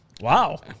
Wow